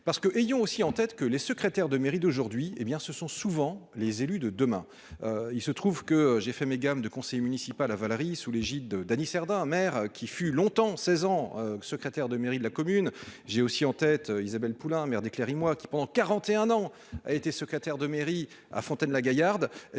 parce que ayant aussi en tête que les secrétaires de mairie d'aujourd'hui hé bien ce sont souvent les élus de demain. Il se trouve que j'ai fait mes gammes de conseiller municipal à Valérie sous l'égide de Dany Cerdain mère qui fut longtemps, 16 ans, secrétaire de mairie de la commune. J'ai aussi en tête Isabelle Poulin, maire d'éclairer moi qui pendant 41 ans, a été secrétaire de mairie à Fontaine La Gaillarde,